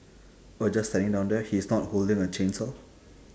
oh just standing down there he's not holding a chainsaw